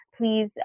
please